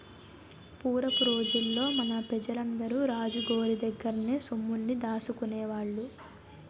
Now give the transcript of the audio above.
పూరపు రోజుల్లో మన పెజలందరూ రాజు గోరి దగ్గర్నే సొమ్ముల్ని దాసుకునేవాళ్ళు